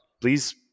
please